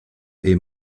est